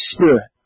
Spirit